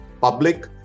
public